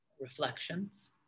reflections